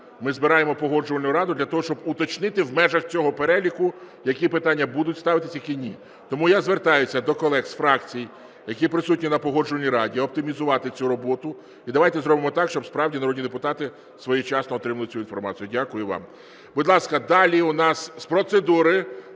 ми збираємо Погоджувальну раду для того, щоб уточнити в межах цього переліку, які питання будуть ставитися, які ні. Тому я звертаюся до колег з фракцій, які присутні на Погоджувальній раді, оптимізувати цю роботу, і давайте зробимо так, щоб справді народні депутати своєчасно отримували цю інформацію. Дякую вам. Будь ласка, далі у нас з процедури.